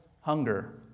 hunger